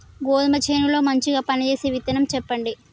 గోధుమ చేను లో మంచిగా పనిచేసే విత్తనం చెప్పండి?